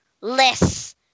less